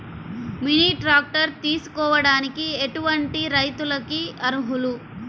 Mini tractor తీసుకోవడానికి ఎటువంటి రైతులకి అర్హులు?